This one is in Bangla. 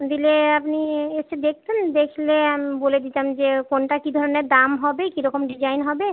দিলে আপনি একটু দেখতেন দেখলে আমি বলে দিতাম যে কোনটা কী ধরনের দাম হবে কী রকম ডিজাইন হবে